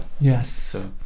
Yes